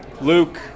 Luke